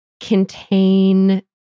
contain